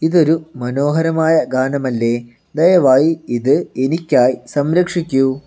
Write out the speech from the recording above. ഇതൊരു മനോഹരമായ ഗാനമല്ലേ ദയവായി ഇത് എനിക്കായ് സംരക്ഷിക്കൂ